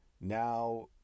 Now